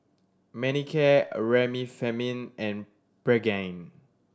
Manicare Remifemin and Pregain